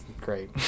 great